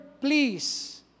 please